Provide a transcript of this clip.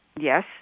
Yes